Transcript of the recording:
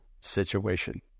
situation